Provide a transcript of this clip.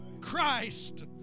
Christ